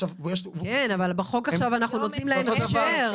--- אבל בחוק עכשיו אנחנו נותנים להם הכשר.